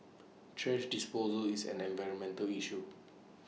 thrash disposal is an environmental issue